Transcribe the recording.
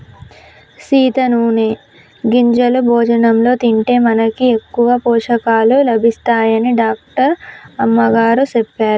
సీత నూనె గింజలు భోజనంలో తింటే మనకి ఎక్కువ పోషకాలు లభిస్తాయని డాక్టర్ అమ్మగారు సెప్పారు